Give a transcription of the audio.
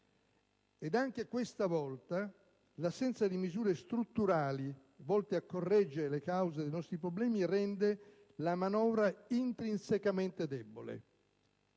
E anche questa volta l'assenza di misure strutturali, volte a correggere le cause dei nostri problemi, rende la manovra intrinsecamente debole.